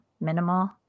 minimal